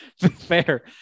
Fair